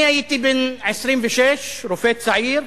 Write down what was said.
אני הייתי בן 26, רופא צעיר.